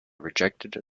rejected